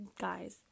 guys